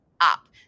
up